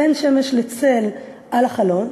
בין שמש לצל על החלון,